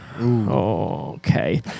Okay